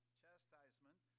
chastisement